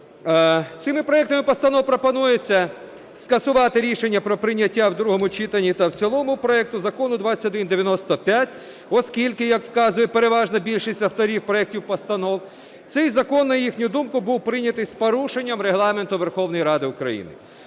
Цими проектами постанов пропонується скасувати рішення про прийняття в другому читанні та в цілому проекту Закону 2195, оскільки, як вказує переважна більшість авторів проектів постанов, цей закон, на їхню думку, був прийнятий з порушенням Регламенту Верховної Ради України.